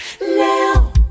now